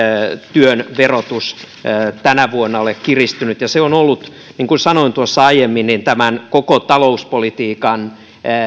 työn verotus tänä vuonna ole kiristynyt se on ollut niin kuin sanoin tuossa aiemmin tämän koko talouspolitiikan